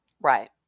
Right